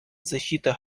защита